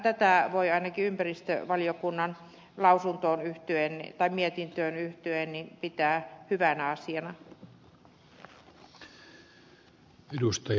tätä voi ainakin ympäristövaliokunnan mietintöön yhtyen pitää hyvänä asiana